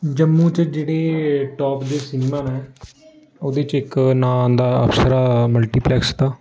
जम्मू च जेह्ड़े टाप दे सिनेमा ने ओह्दे च इक नांऽ आंदा अप्सरा मल्टीपलैक्स दा